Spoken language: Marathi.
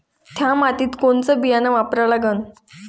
थ्या मातीत कोनचं बियानं वापरा लागन?